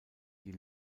die